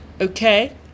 Okay